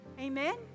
Amen